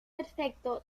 perfecto